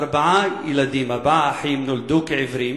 ארבעה ילדים, ארבעה אחים נולדו עיוורים.